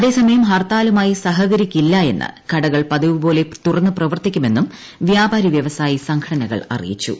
അതേ സമയം ഹർത്താലിമായി സഹകരിക്കില്ലെന്നും കടകൾ പതിവുപോലെ തുറന്നുപ്പ്പർത്തിക്കുമെന്നും വ്യാപാരി വ്യവസായി സംഘടനകൾ അറിയിച്ചിട്ടുണ്ട്